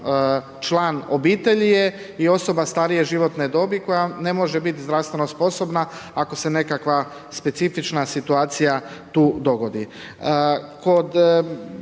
član obitelji je i osoba starije životne dobi koja ne može biti zdravstveno sposobna ako se nekakva specifična situacija tu dogodi.